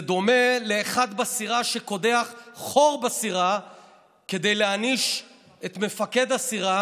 זה דומה לאחד בסירה שקודח חור בסירה כדי להעניש את מפקד הסירה